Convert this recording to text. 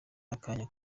akanya